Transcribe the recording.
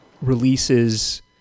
releases